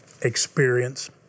experience